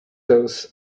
these